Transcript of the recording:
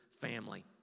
family